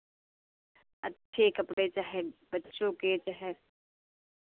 अच्छे कपड़े चाहे बच्चों के चाहे